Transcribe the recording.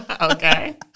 Okay